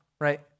right